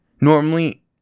Normally